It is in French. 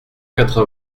quatre